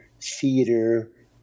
theater